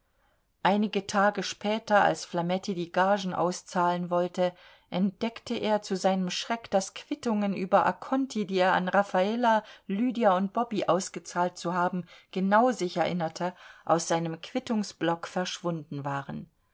einige tage später als flametti die gagen auszahlen wollte entdeckte er zu seinem schreck daß quittungen über conti die er an raffala lydia und bobby ausgezahlt zu haben genau sich erinnerte aus seinem quittungsblock verschwunden waren